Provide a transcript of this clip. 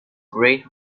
great